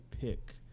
pick